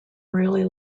really